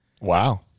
Wow